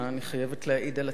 אני חייבת להעיד על עצמי.